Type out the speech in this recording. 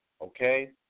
okay